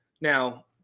now